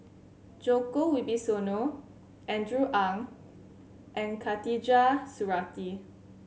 Djoko Wibisono Andrew Ang and Khatijah Surattee